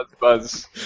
buzz